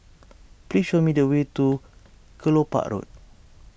please show me the way to Kelopak Road